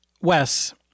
Wes